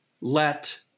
let